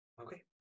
Okay